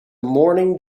morning